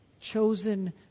chosen